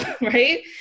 right